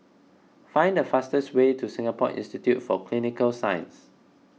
find the fastest way to Singapore Institute for Clinical Sciences